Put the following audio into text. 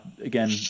again